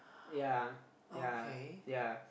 ya ya ya